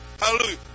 Hallelujah